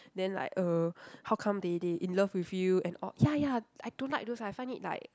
then like uh how come they they in love with you and all ya ya I don't like those I find it like